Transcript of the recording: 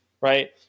right